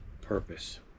purpose